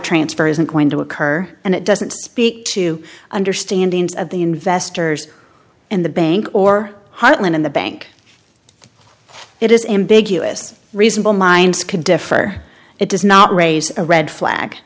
transfer isn't going to occur and it doesn't speak to understanding of the investors in the bank or hotline in the bank it is ambiguous reasonable minds can differ it does not raise a red flag